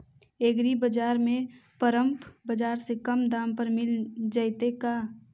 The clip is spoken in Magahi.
एग्रीबाजार में परमप बाजार से कम दाम पर मिल जैतै का?